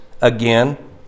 again